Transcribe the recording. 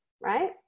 right